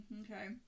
Okay